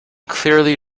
clearly